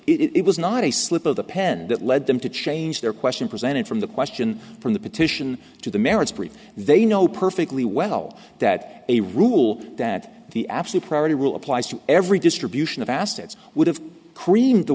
it was not a slip of the pen that led them to change their question presented from the question from the petition to the merits brief they know perfectly well that a rule that the absolute priority rule applies to every distribution of assets would have creamed the